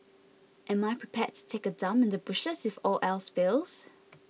am I prepared to take a dump in the bushes if all else fails